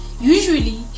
usually